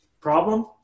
Problem